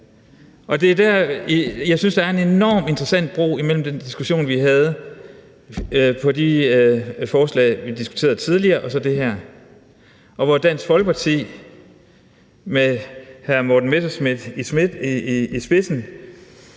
Jeg synes, der er en enormt interessant bro imellem den diskussion, vi havde, om de forslag, vi diskuterede tidligere, og så det her, hvor Dansk Folkeparti med hr. Morten Messerschmidt i spidsen